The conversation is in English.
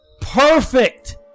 perfect